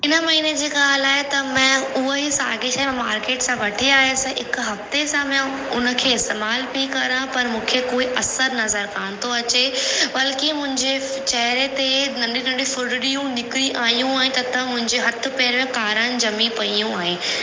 इन महीने जी ॻाल्हि आहे त मैं उहा ई साॻी शइ मार्किट सां वठी आयसि हिकु हफ़्ते सां मैं उन खे इस्तेमालु पई कयां पर मूंखे कोई असरु नज़रु कान थो अचे बल्कि मुंहिंजे चहिरे ते नंढी नंढी फुरड़ियूं निकिरी आयूं तथा मुंहिंजे हथ पेर कारें ॼमी पयूं आहिनि